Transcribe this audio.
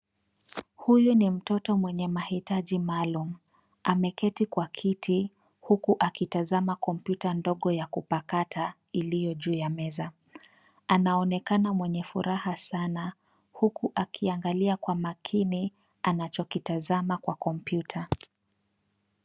Huyu ni mtoto mwenye mahitaji maalum. Ameketi kwa kiti huku akitazama kompyuta ndogo ya kupakata iliyo juu ya meza. Anaonekana mwenye furaha sana huku akiangalia kwa makini anachokitazama kwa kompyuta.